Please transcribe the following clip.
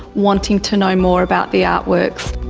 wanting to know more about the artworks.